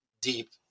deep